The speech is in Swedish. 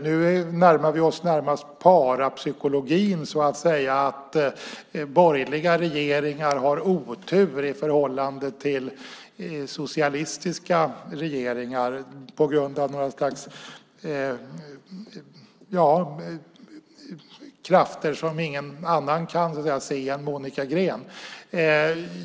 Nu närmar vi oss närmast parapsykologin beträffande att borgerliga regeringar har otur i förhållande till socialistiska regeringar på grund av något slags krafter som ingen annan kan se än Monica Green.